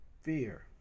fear